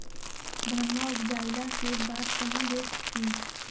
धनमा उपजाईला के बाद कहाँ बेच हू?